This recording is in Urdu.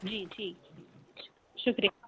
جی ٹھیک شُکریہ